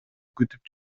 күтүп